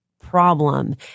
problem